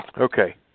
Okay